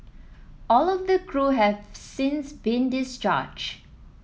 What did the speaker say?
all of the crew have since been discharged